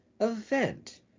event